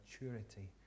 maturity